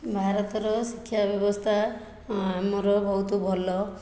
ଭାରତର ଶିକ୍ଷା ବ୍ୟବସ୍ଥା ଆମର ବହୁତ ଭଲ